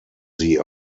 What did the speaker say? sie